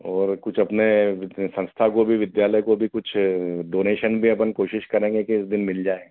और कुछ अपने विद संस्था को भी विद्यालय को भी कुछ डोनेशन दे अपन कोशिश करेंगे कि उस दिन मिल जाए